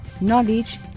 knowledge